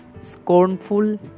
scornful